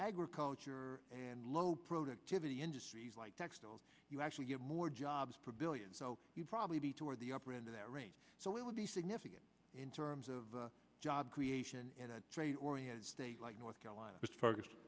agriculture and low productivity industries like textiles you actually get more jobs per billion so you'd probably be toward the upper end of that range so it would be significant in terms of job creation and trade oriented state like north carolina